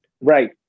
Right